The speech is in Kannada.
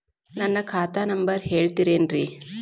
ನನ್ನ ಖಾತಾ ನಂಬರ್ ಹೇಳ್ತಿರೇನ್ರಿ?